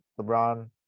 lebron